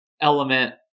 element